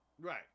Right